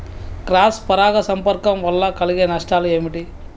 Cross పరాగ సంపర్కం వల్ల కలిగే నష్టాలు ఏమిటి?